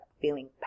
Feeling